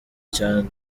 cyane